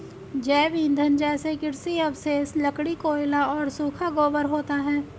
जैव ईंधन जैसे कृषि अवशेष, लकड़ी, कोयला और सूखा गोबर होता है